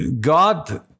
God